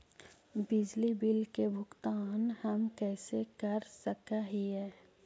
बिजली बिल के भुगतान हम कैसे कर सक हिय?